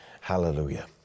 hallelujah